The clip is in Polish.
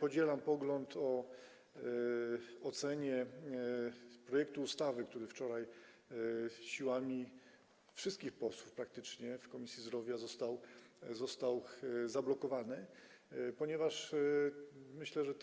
Podzielam pogląd w sprawie oceny projektu ustawy, który wczoraj siłami wszystkich posłów praktycznie w Komisji Zdrowia został zablokowany, ponieważ myślę, że